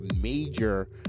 major